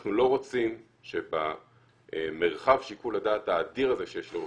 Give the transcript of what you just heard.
אנחנו לא רוצים שבמרחב שיקול הדעת האדיר הזה שיש לרופאים,